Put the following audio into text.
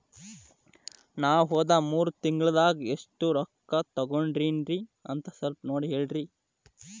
ನಾ ಹೋದ ಮೂರು ತಿಂಗಳದಾಗ ಎಷ್ಟು ರೊಕ್ಕಾ ತಕ್ಕೊಂಡೇನಿ ಅಂತ ಸಲ್ಪ ನೋಡ ಹೇಳ್ರಿ